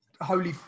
holy